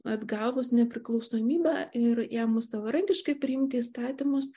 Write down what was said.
atgavus nepriklausomybę ir ėmus savarankiškai priimti įstatymus